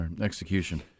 Execution